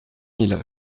mille